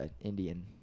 Indian